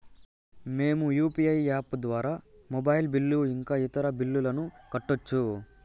మేము UPI app ద్వారా mobile bill ఇంకా ఇతర బిల్లులను కట్టొచ్చు